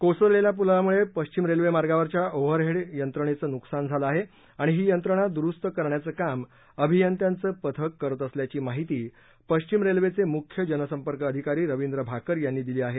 कोसळलेल्या पुलामुळे पश्चिम रेल्वेमार्गावरच्या ओव्हरहेड यंत्रणेचं नुकसान झालं आहे आणि ही यंत्रणा दुरुस्त करण्याचं काम अभियंत्यांचं पथक करत असल्याची माहिती पश्चिम रेल्वेचे मुख्य जनसंपर्क अधिकारी रविंद्र भाकर यांनी दिली आहे